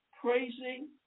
praising